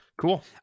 Cool